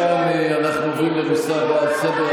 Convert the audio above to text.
תודה, מספיק.